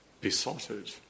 besotted